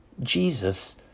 Jesus